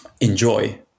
enjoy